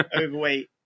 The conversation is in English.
overweight